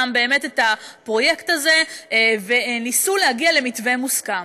את הפרויקט הזה וניסו להגיע למתווה מוסכם.